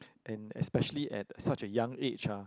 and especially at such a young age ah